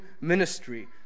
ministry